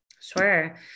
Sure